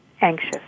anxious